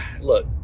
Look